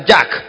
Jack